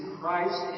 Christ